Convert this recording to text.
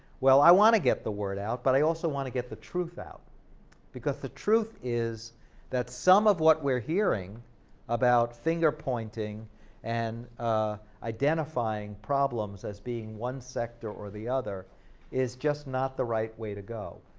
well, i wanna get the word out, but i also wanna get the truth out because the truth is that some of what we're hearing about finger-pointing and identifying problems as being one sector or the other is just not the right way to go,